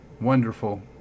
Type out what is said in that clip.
wonderful